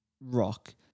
rock